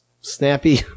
Snappy